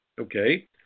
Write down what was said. Okay